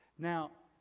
now,